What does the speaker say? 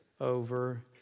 over